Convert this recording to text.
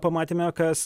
pamatėme kas